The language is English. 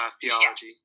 theology